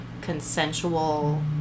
consensual